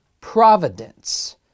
providence